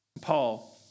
Paul